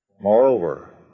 Moreover